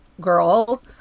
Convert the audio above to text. girl